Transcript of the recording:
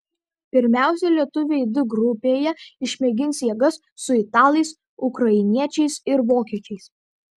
pirmiausia lietuviai d grupėje išmėgins jėgas su italais ukrainiečiais ir vokiečiais